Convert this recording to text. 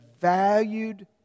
valued